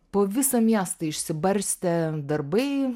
po visą miestą išsibarstę darbai